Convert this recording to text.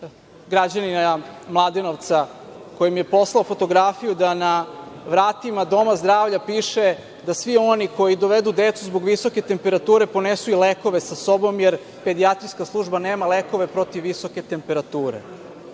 građanina Mladenovca, koji mi je poslao fotografiju da na vratima doma zdravlja piše da svi oni koji dovedu decu zbog visoke temperature ponesu i lekove sa sobom, jer pedijatrijska služba nema lekove protiv visoke temperature. Molim